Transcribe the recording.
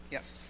Yes